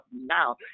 now